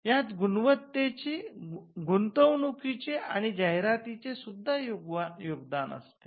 यात गुंतवणुकीचे आणि जाहिरातीचे सुद्धा योगदान असते